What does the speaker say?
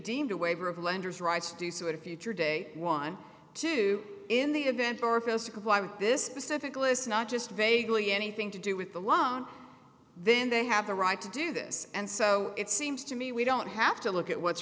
deemed a waiver of lenders rights to do so at a future day one two in the event or fails to comply with this specific list not just vaguely anything to do with the loan then they have the right to do this and so it seems to me we don't have to look at what's